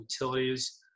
utilities